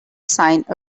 sign